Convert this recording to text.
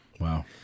Wow